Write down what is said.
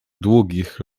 długich